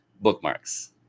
Bookmarks